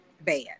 bad